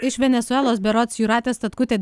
iš venesuelos berods jūratė statkutė